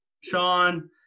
Sean